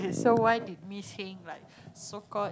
so why did we say like so called